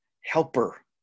helper